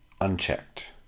unchecked